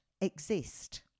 exist